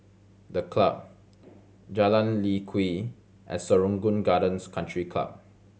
The Club Jalan Lye Kwee and Serangoon Gardens Country Club